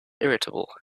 irritable